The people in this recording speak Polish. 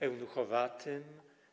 Eunuchowatym?